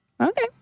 Okay